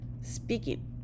speaking